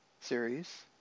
series